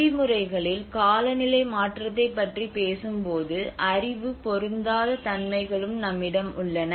விதிமுறைகளில் காலநிலை மாற்றத்தைப் பற்றி பேசும்போது அறிவு பொருந்தாத தன்மைகளும் நம்மிடம் உள்ளன